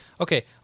Okay